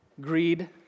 greed